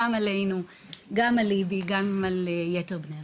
גם על ליבי, גם עלינו וגם על יתר בני המשפחה.